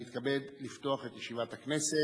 מתכבד לפתוח את ישיבת הכנסת.